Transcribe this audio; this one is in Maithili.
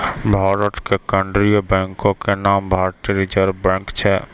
भारत के केन्द्रीय बैंको के नाम भारतीय रिजर्व बैंक छै